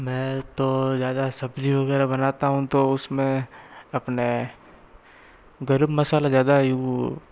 मैं तो ज़्यादा सब्ज़ी वगैरह बनाता हूँ तो उसमें अपने गर्म मसाला ज़्यादा वो